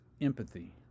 empathy